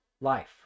life